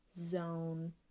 zone